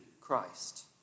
Christ